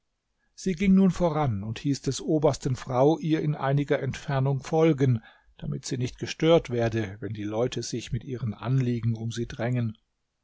sie ging nun voran und hieß des obersten frau ihr in einiger entfernung folgen damit sie nicht gestört werde wenn die leute sich mit ihren anliegen um sie drängen